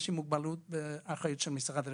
האנשים עם מוגבלות שבאחריות משרד הרווחה.